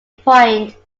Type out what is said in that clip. point